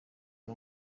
ari